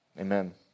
Amen